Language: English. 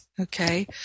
Okay